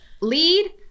lead